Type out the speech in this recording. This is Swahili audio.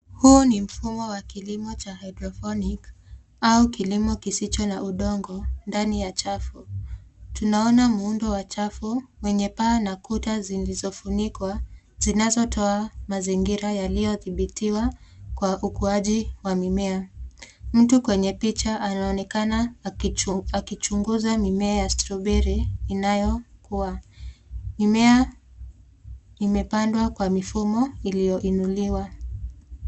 Huu ni mfumo wa kilimo cha hydroponic au kilimo kisicho na udongo ndani ya chafu. Tunaona muundo wa chafu wenye paa na kuta zilizofunikwa zinazotoa mazingira yaliyodhibitiwa kwa ukuaji wa mimea. Mtu kwenye picha anaonekana akichunguza mimea ya strawberry inayokua. Mimea imepandwa kwa mifumo iliyoinuliwa.